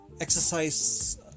exercise